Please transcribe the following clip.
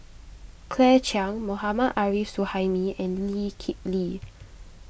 Claire Chiang Mohammad Arif Suhaimi and Lee Kip Lee